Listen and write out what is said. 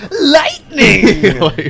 Lightning